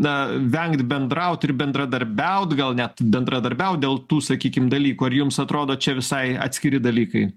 na vengt bendraut ir bendradarbiaut gal net bendradarbiaut dėl tų sakykim dalykų ar jums atrodo čia visai atskiri dalykai